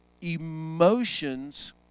emotions